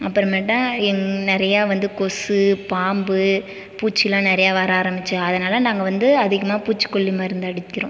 அப்புறமேட்டா எங் நிறையா வந்து கொசு பாம்பு பூச்சிலாம் நிறையா வர ஆரம்மிச்சு அதனால் நாங்கள் வந்து அதிகமாக பூச்சிக்கொல்லி மருந்து அடிக்கிறோம்